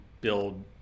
build